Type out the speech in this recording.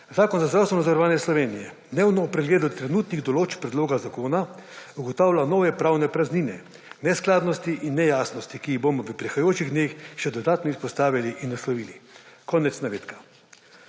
»Zavod za zdravstveno zavarovanje Slovenije / nerazumljivo/ trenutnih določb predloga zakona ugotavlja nove pravne praznine, neskladnosti in nejasnosti, ki jih bomo v prihajajočih dneh še dodatno izpostavili in naslovili«. / nerazumljivo/